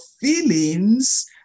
feelings